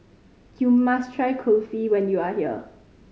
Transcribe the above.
you must try Kulfi when you are here